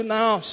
now